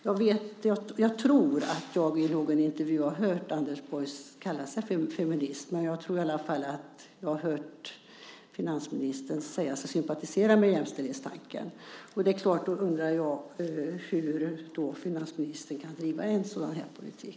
Jag tror att jag har hört att Anders Borg i någon intervju har kallat sig för feminist. Men jag tror i alla fall att jag har hört finansministern säga sig sympatisera med jämställdhetstanken. Då undrar jag hur finansministern kan driva en sådan här politik.